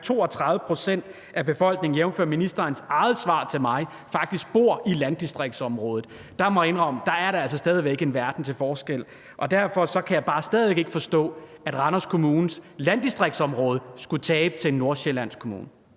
32 pct. af befolkningen, jævnfør ministerens eget svar til mig, faktisk bor i landdistriktsområder, må jeg indrømme, at der altså stadig væk er en verden til forskel. Og derfor kan jeg bare stadig væk ikke forstå, at Randers Kommunes landdistriktsområde skulle tabe til en nordsjællandsk kommune.